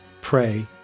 pray